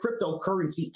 cryptocurrency